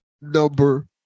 number